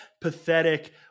pathetic